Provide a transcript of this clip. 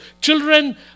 Children